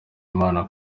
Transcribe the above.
imana